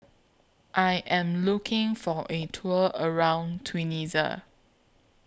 I Am looking For A Tour around Tunisia